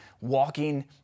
walking